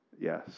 Yes